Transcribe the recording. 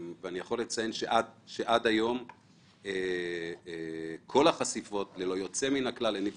אני יכול לציין שעד היום כל החשיפות הניבו